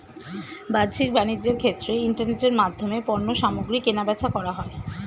বাহ্যিক বাণিজ্যের ক্ষেত্রে ইন্টারনেটের মাধ্যমে পণ্যসামগ্রী কেনাবেচা করা হয়